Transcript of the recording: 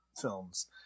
films